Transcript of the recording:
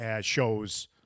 shows